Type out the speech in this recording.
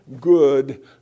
good